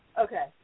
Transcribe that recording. okay